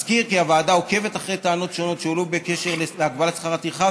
אזכיר כי הוועדה עוקבת אחרי טענות שונות שהועלו בקשר להגבלת שכר הטרחה,